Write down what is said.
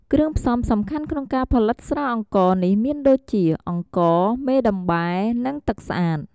គ្រឿងផ្សំសំខាន់ក្នុងការផលិតស្រាអង្ករនេះមានដូចជា អង្ករ មេដំបែ និងទឹកស្អាត។